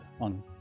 on